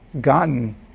gotten